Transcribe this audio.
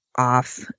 Off